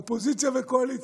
אופוזיציה וקואליציה,